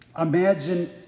imagine